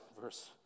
verse